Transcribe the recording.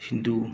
Hindu